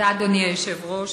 תודה אדוני היושב-ראש.